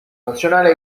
nazionale